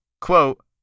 Quote